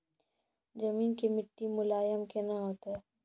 जमीन के मिट्टी मुलायम केना होतै?